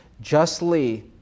justly